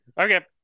Okay